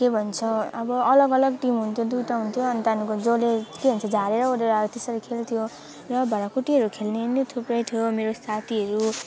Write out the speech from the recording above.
के भन्छ अब अलग अलग टिम हुन्थ्यो दुइवटा हुन्थ्यो अनि त्यहाँको जसले के भन्छ झारेर ओरेर त्यसरी खेल्थ्यो र भाँडाकुटीहरू खेल्ने नै थुप्रै थियो मेरो साथीहरू